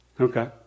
Okay